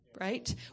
Right